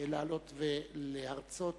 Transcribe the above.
לעלות ולהרצות